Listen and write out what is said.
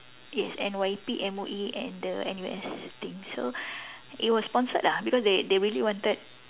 yes N_Y_P M_O_E and N_U_S thing it was sponsored la they really wanted